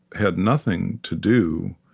had nothing to do,